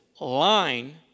line